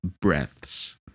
breaths